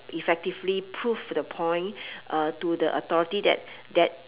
effectively prove to the point uh to the authority that that